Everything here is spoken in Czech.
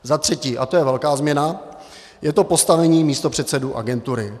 Zatřetí, a to je velká změna, je to postavení místopředsedů agentury.